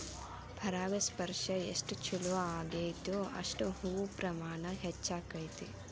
ಪರಾಗಸ್ಪರ್ಶ ಎಷ್ಟ ಚುಲೋ ಅಗೈತೋ ಅಷ್ಟ ಹೂ ಪ್ರಮಾಣ ಹೆಚ್ಚಕೈತಿ